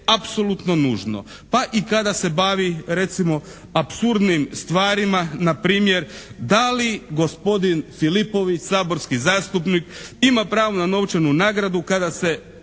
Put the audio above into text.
apsolutno nužno, pa i kada se bavi recimo apsurdnim stvarima na primjer da li gospodin Filipović saborski zastupnik ima pravo na novčanu nagradu kada se